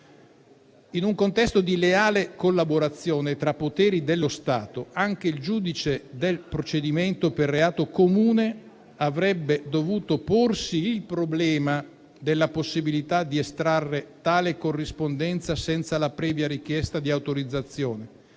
In un contesto di leale collaborazione tra poteri dello Stato, anche il giudice del procedimento per reato comune avrebbe dovuto porsi il problema della possibilità di estrarre tale corrispondenza senza la previa richiesta di autorizzazione,